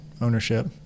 ownership